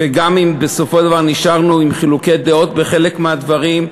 וגם אם בסופו של דבר נשארנו עם חילוקי דעות בחלק מהדברים,